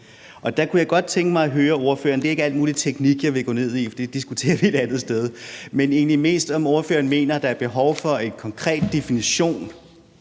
Og der kunne jeg godt tænke mig at høre ordføreren – det er ikke alt mulig teknik, jeg vil gå ned i, for det diskuterer vi et andet sted – om han mener, at der er behov for en konkret definition